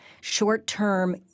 Short-term